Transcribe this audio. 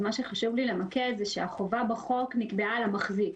מה שחשוב לי למקד זה שהחובה בחוק נקבעה על המחזיק,